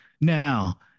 Now